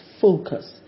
focus